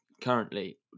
currently